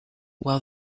while